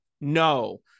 no